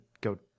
go